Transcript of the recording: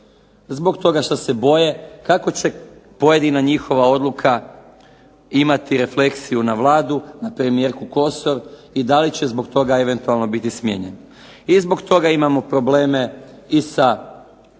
zbog toga šta se boje kako će pojedina njihova odluka imati refleksiju na Vladu, na premijerku Kosor i da li će zbog toga eventualno biti smijenjen. I zbog toga imamo probleme i sa